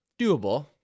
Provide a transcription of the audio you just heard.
doable